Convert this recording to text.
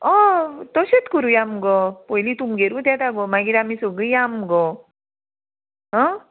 होय तशेंच करूंया मगो पयलीं तुमगेरूच येता गो मागीर आमी सगळी या मुगो आ